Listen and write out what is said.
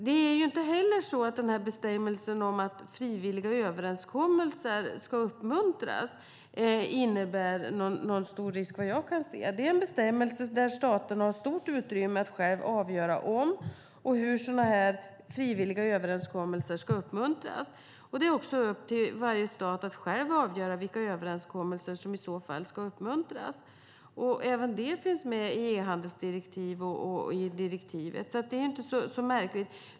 Det är inte heller så att bestämmelsen om att frivilliga överenskommelser ska uppmuntras innebär någon stor risk vad jag kan se. Det är en bestämmelse där staterna har stort utrymme att avgöra om och hur sådana här frivilliga överenskommelser ska uppmuntras. Det är också upp till varje stat att själv avgöra vilka överenskommelser som i så fall ska uppmuntras. Även det finns med i e-handelsdirektiv och i direktivet. Det är inte så märkligt.